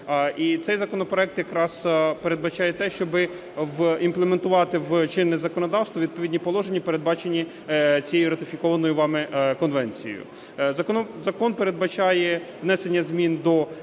І цей законопроект якраз передбачає те, щоби імплементувати в чинне законодавство відповідні положення, передбачені цією ратифікованою вами Конвенцією. Закон передбачає внесення змін до